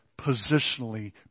positionally